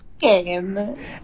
game